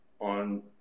on